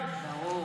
ברור.